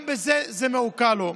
גם זה מעוקל לו.